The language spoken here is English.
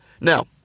Now